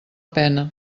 pena